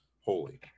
holy